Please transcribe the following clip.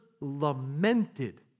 lamented